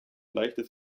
leichtes